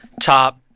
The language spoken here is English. top